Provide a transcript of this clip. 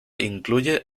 incluye